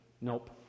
Nope